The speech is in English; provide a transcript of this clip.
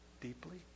deeply